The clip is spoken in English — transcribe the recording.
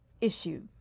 issue